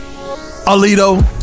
Alito